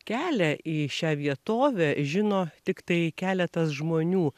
kelią į šią vietovę žino tiktai keletas žmonių